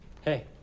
hey